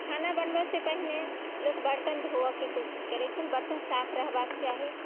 खाना बनबै से पहिने लोक बर्तन धोऽके कोशिश करैत छै बर्तन साफ रहबाके चाही